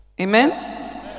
Amen